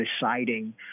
deciding